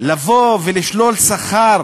לבוא ולשלול שכר